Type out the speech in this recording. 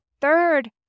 third